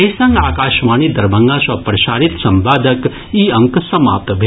एहि संग आकाशवाणी दरभंगा सँ प्रसारित संवादक ई अंक समाप्त भेल